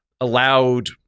allowed –